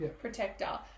protector